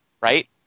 right